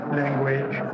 language